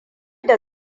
da